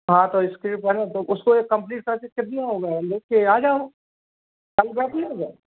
हाँ तो इस्क्रिप्ट है ना तो उसको ये कम्प्लीट कर के कितना होगा ले कर आ जाओ कल बैठ लेंगे